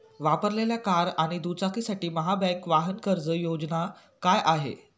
वापरलेल्या कार आणि दुचाकीसाठी महाबँक वाहन कर्ज योजना काय आहे?